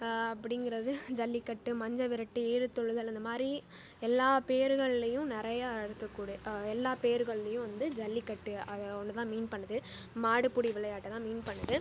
அப்படிங்கறது ஜல்லிக்கட்டு மஞ்சவிரட்டு ஏறுதொழுதல் அந்தமாதிரி எல்லா பேர்கள்லேயும் நிறைய இருக்கக் கூடிய எல்லா பேர்களையும் வந்து ஜல்லிக்கட்டு அதை ஒன்றைதான் மீன் பண்ணுது மாடு பிடி விளையாட்டைதான் மீன் பண்ணுது